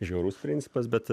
žiaurus principas bet